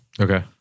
okay